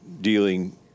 dealing